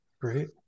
Great